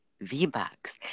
V-Bucks